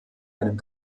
einem